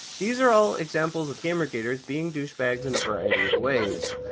these are all examples of gamergaters being douchebags in a variety of ways.